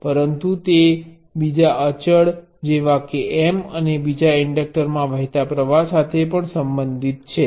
પરંતુ તે બીજા અચળ જેવા કે M અને બીજા ઇન્ડેક્ટરમાં વહેતા પ્રવાહ સાથે પણ સંબંધિત છે